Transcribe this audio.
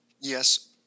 Yes